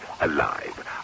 alive